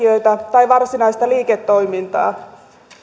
tai varsinaista liiketoimintaa